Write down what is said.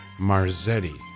Marzetti